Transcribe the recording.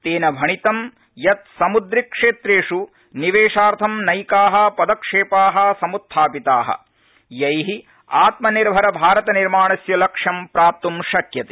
तेन भणितं यत् समुद्रीय क्षेत्रेषु निवेशार्थं नैका पदक्षेपा समुत्यापिता यै आत्मनिर्भर भारत निर्माणस्य लक्ष्यं प्राप्तुं शक्यते